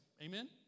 Amen